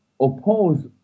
oppose